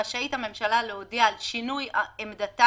רשאית הממשלה להודיע על שינוי עמדתה